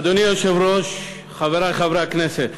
אדוני היושב-ראש, חברי חברי הכנסת,